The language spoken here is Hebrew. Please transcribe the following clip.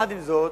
עם זאת,